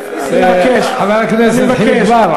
חבר הכנסת חיליק בר,